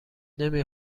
نمی